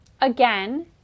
again